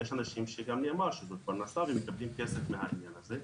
יש אנשים שגם נאמר שזאת פרנסה ומקבלים כסף מהעניין הזה.